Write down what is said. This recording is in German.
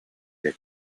der